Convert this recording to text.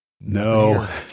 No